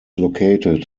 located